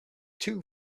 two